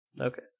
Okay